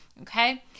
okay